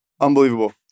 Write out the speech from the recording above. Unbelievable